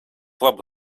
labu